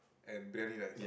and belly like